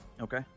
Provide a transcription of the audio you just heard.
Okay